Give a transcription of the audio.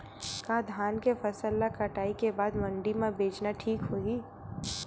का धान के फसल ल कटाई के बाद मंडी म बेचना ठीक होही?